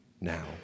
now